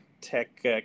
tech